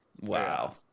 wow